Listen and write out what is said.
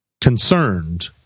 concerned